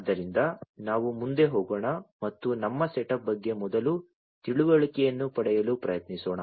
ಆದ್ದರಿಂದ ನಾವು ಮುಂದೆ ಹೋಗೋಣ ಮತ್ತು ನಮ್ಮ ಸೆಟಪ್ ಬಗ್ಗೆ ಮೊದಲು ತಿಳುವಳಿಕೆಯನ್ನು ಪಡೆಯಲು ಪ್ರಯತ್ನಿಸೋಣ